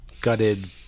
gutted